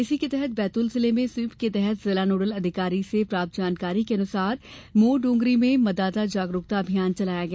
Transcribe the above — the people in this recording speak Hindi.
इसी के तहत बैतूल जिले में स्वीप के जिला नोडल अधिकारी से प्राप्त जानकारी के अनुसार मोरडोंगरी में मतदाता जागरुकता अभियान चलाया गया